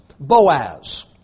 Boaz